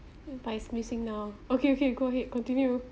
but it's missing now okay okay go ahead continue